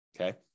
Okay